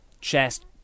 chest